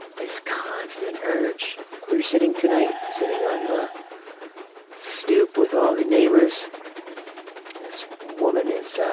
this constant urge. we were sitting tonight, sitting on the stoop with all the neighbor's this woman is